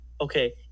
okay